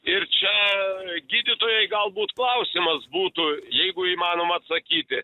ir čia gydytojai galbūt klausimas būtų jeigu įmanoma atsakyti